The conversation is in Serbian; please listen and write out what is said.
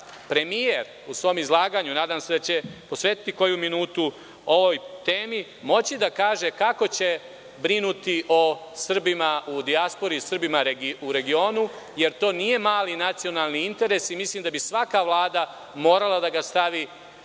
premijer u svom izlaganju, nadam se da će posvetiti koju minutu ovoj temi, moći da kaže kako će brinuti o Srbima u dijaspori i Srbima u regionu, jer to nije mali nacionalni interes. Mislim da bi svaka vlada morala da ga stavi,